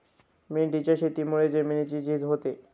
मेंढीच्या शेतीमुळे जमिनीची झीज होते